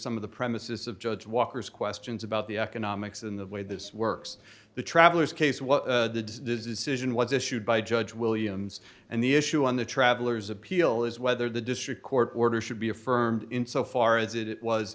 some of the premises of judge walker's questions about the economics in the way this works the traveller's case what does a citizen was issued by judge williams and the issue on the traveler's appeal is whether the district court order should be affirmed in so far as it was